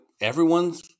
everyone's